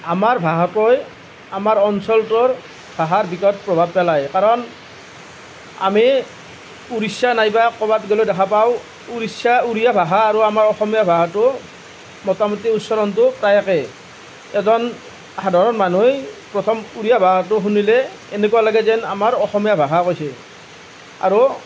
আমাৰ ভাষাটোৱে আমাৰ অঞ্চলটোৰ ভাষাৰ বিগত প্ৰভাৱ পেলায় কাৰণ আমি উৰিষ্যা নাইবা ক'ৰবাত গ'লে দেখা পাওঁ উৰিষ্যাৰ উৰিয়া ভাষা আৰু আমাৰ অসমীয়া ভাষাটো মোটামুটি উচ্চাৰণটো প্ৰায় একেই এজন সাধাৰণ মানুহে প্ৰথম উৰিয়া ভাষাটো শুনিলে এনেকুৱা লাগে যেন আমাৰ অসমীয়া ভাষা কৈছে আৰু